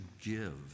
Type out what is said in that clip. give